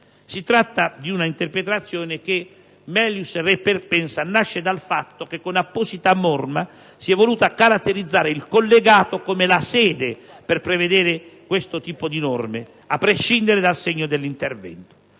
Si tratta di un'interpretazione che *melius* *re* *perpensa* nasce dal fatto che con apposita norma si è voluto caratterizzare il «collegato» come la sede per prevedere questo tipo di norme, a prescindere dal segno dell'intervento.